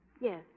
Yes